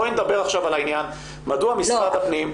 בואי נדבר עכשיו על השאלה מדוע משרד הפנים,